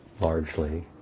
largely